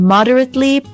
Moderately